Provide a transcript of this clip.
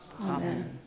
Amen